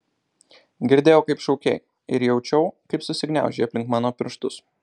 girdėjau kaip šaukei ir jaučiau kaip susigniaužei aplink mano pirštus